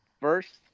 First